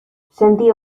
sentía